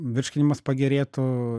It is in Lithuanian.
virškinimas pagerėtų